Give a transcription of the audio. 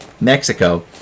Mexico